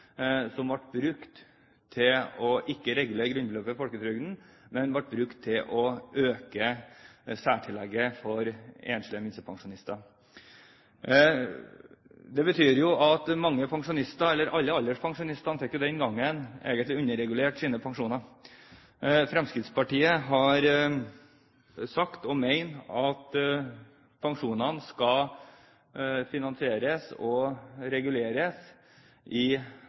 ikke ble brukt til å regulere grunnbeløpet i folketrygden, men til å øke særtillegget for enslige minstepensjonister. Det betyr at alle alderspensjonistene den gangen egentlig fikk underregulert sine pensjoner. Fremskrittspartiet har sagt, og mener, at pensjonene skal reguleres i